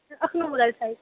अख़नूर आह्ली साइड